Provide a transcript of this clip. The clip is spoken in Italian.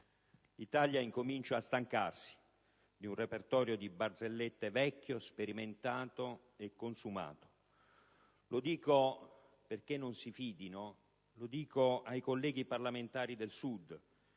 L'Italia incomincia a stancarsi di un repertorio di barzellette vecchio, sperimentato e consumato. Lo dico, perché non si fidino, ai colleghi parlamentari del Sud